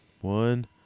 One